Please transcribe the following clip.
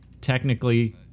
technically